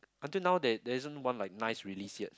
until now there there isn't one like nice relaese yet